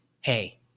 Hey